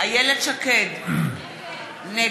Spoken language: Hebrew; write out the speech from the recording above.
איילת שקד, נגד